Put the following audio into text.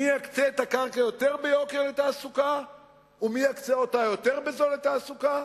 מי יקצה את הקרקע יותר ביוקר לתעסוקה ומי יקצה אותה יותר בזול לתעסוקה?